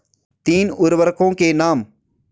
तीन उर्वरकों के नाम?